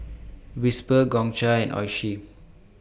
Whisper Gongcha and Oishi